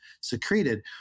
secreted